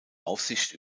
aufsicht